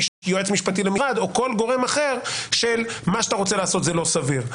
יועץ משפטי למשרד או כל גורם אחר של - מה שאתה רוצה לעשות זה לא סביר.